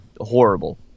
horrible